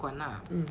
mm